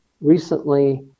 recently